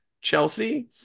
chelsea